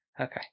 Okay